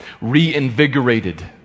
reinvigorated